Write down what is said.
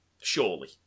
Surely